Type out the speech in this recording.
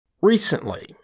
Recently